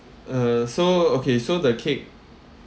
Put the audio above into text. uh so okay so the cake